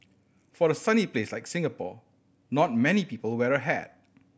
for a sunny place like Singapore not many people wear a hat